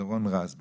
דורון רז בבקשה.